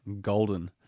golden